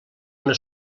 una